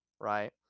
right